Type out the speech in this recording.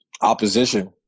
opposition